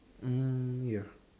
mm ya